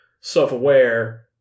self-aware